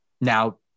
now